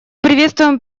приветствуем